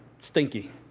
stinky